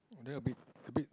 then a bit a bit